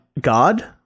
god